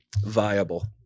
viable